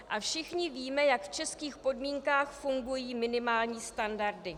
A všichni víme, jak v českých podmínkách fungují minimální standardy.